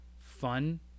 fun